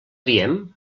diem